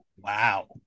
Wow